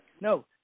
no